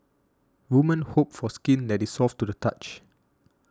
women hope for skin that is soft to the touch